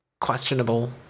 questionable